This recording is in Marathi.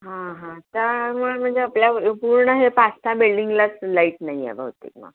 हां हां त्यामुळे म्हणजे आपल्या पूर्ण हे पाच सहा बिल्डिंगलाच लाईट नाही आहे बहुतेक मग